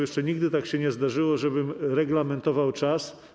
Jeszcze nigdy tak się nie zdarzyło, żebym reglamentował czas.